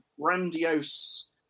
grandiose